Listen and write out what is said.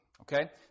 Okay